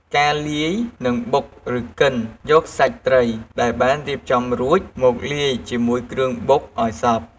ការលាយ និងបុក ឬ កិន យកសាច់ត្រីដែលបានរៀបចំរួច មកលាយជាមួយគ្រឿងបុកឱ្យសព្វ។